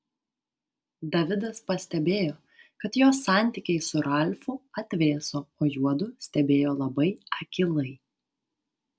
davidas pastebėjo kad jos santykiai su ralfu atvėso o juodu stebėjo labai akylai